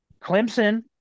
Clemson